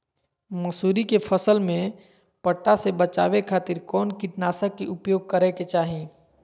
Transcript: मसूरी के फसल में पट्टा से बचावे खातिर कौन कीटनाशक के उपयोग करे के चाही?